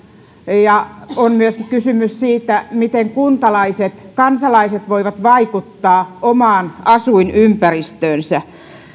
ja on myöskin kysymys siitä miten kuntalaiset kansalaiset voivat vaikuttaa omaan asuinympäristöönsä